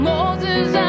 Moses